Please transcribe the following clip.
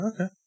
Okay